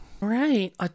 Right